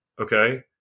okay